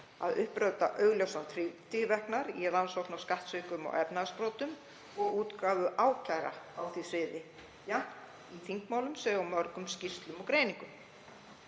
að uppræta augljósan tvíverknað í rannsókn á skattsvikum og efnahagsbrotum og útgáfu ákæra á því sviði, jafnt í þingmálum sem og mörgum skýrslum og greiningum.